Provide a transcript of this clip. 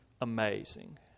amazing